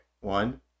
One